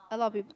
a lot of peop~